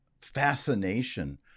fascination